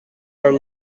are